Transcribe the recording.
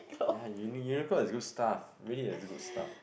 ya uni~ Uniqlo has good stuff really has good stuff